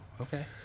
okay